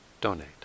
donate